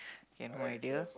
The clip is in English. have my idea